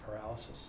paralysis